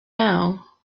now